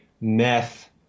meth